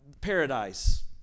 paradise